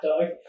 dog